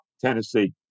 Tennessee